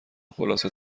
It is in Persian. خلاصه